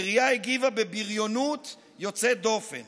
העירייה הגיבה בבריונות יוצאת דופן